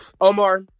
Omar